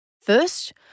First